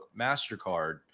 mastercard